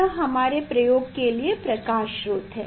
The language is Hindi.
यह हमारे प्रयोग के लिए प्रकाश स्रोत है